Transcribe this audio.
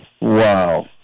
Wow